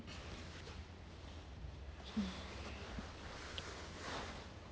mm